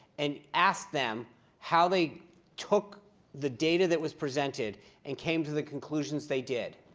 and ask them how they took the data that was presented and came to the conclusions they did.